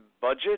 budget